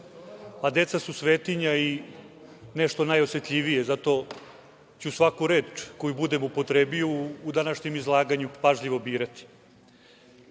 a deca su svetinja i nešto najosetljivije, i zato ću svaku reč koju budem upotrebio, u današnjem izlaganju pažljivo birati. Prvo